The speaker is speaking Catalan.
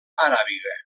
aràbiga